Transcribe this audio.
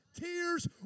tears